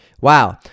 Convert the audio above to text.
Wow